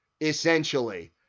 essentially